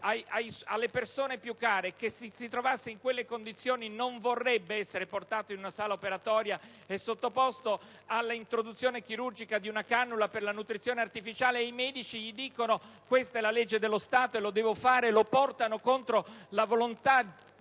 alle persone più care che, se si trovasse in quelle condizioni, non vorrebbe essere portato in una sala operatoria e sottoposto alla introduzione chirurgica di una cannula per la nutrizione artificiale, mentre i medici, dopo avergli detto «questa è la legge dello Stato, lo devo fare», lo porteranno contro la volontà